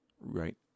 Right